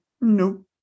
Nope